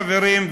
חברים,